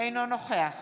אינו נוכח